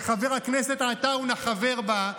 שחבר הכנסת עטאונה חבר בה,